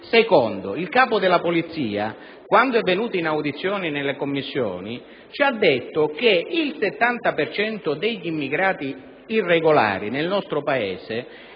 secondo è che il capo della Polizia, quand'è venuto in audizione nelle Commissioni, ci ha detto che il 70 per cento degli immigrati irregolari nel nostro Paese